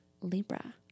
Libra